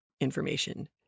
information